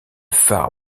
far